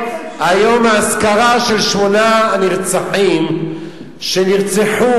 היום האזכרה של שמונה הנרצחים שנרצחו,